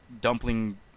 Dumpling